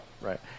Right